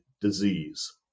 disease